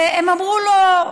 והם אמרו לו: